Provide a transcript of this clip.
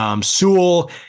Sewell